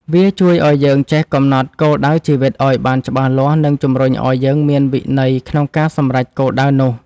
វាជួយឱ្យយើងចេះកំណត់គោលដៅជីវិតឱ្យបានច្បាស់លាស់ និងជំរុញឱ្យយើងមានវិន័យក្នុងការសម្រេចគោលដៅនោះ។